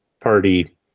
party